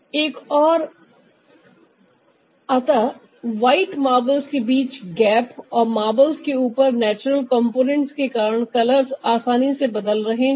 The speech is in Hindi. एक और अतः वाइट मार्बल्स के बीच गैप और मार्बल के ऊपर नेचुरल कंपोनेंट्स के कारण कलर्स आसानी से बदल रहे हैं